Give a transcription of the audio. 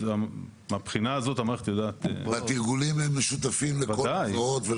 מהבחינה הזאת המערכת יודעת --- התרגולים הם משותפים לכל הזרועות?